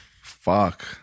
fuck